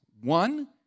One